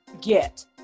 get